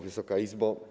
Wysoka Izbo!